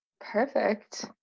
perfect